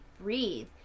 breathe